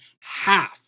half